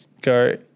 go